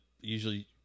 usually